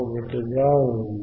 1 గా ఉంది